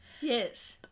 Yes